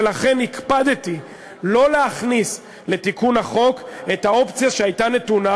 ולכן הקפדתי לא להכניס לתיקון החוק את האופציה שהייתה נתונה,